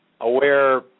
AWARE